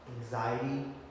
anxiety